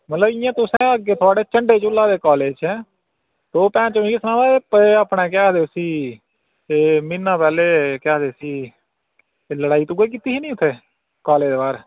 मतलब इ'यां तुसें अग्गें थोआढ़े झंडे झुल्लै दे कालेज च ऐं तूं भैनचोद मिकी सनां हां एह् अपना केह् आखदे उसी एह् म्हीनै पैह्ले केह् आखदे इसी लड़ाई तूं गै कीती ही नी उत्थै कालेज दे बाह्र